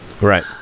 Right